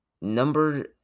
Number